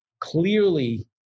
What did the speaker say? clearly